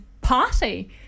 party